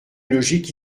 logique